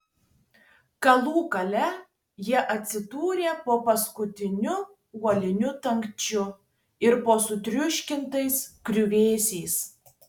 galų gale jie atsidūrė po paskutiniu uoliniu dangčiu ir po sutriuškintais griuvėsiais